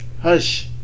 Hush